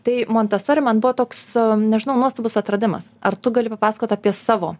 tai montesori man buvo toks nežinau nuostabus atradimas ar tu gali papasakot apie savo